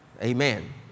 Amen